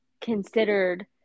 considered